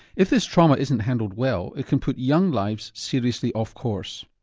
if this trauma isn't handled well it can put young lives seriously off course.